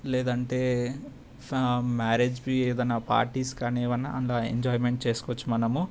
లేదంటే ఫ మ్యారేజ్వి ఏదైనా పార్టీస్ కానీ ఏమైనా అందులో ఎంజాయ్మెంట్ చేసుకోవచ్చు మనము